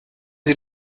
sie